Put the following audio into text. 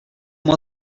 moi